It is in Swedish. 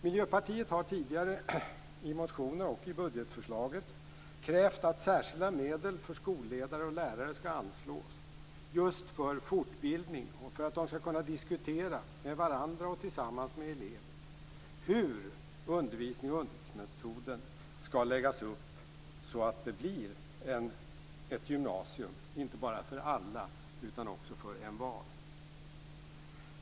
Miljöpartiet har tidigare i motioner och i budgetförslaget krävt att särskilda medel för skolledare och lärare skall anslås just för fortbildning och för att de skall kunna diskutera med varandra och tillsammans med elever hur undervisning och undervisningsmetoder skall läggas upp så att det blir ett gymnasium inte bara för alla utan också för envar.